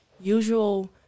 usual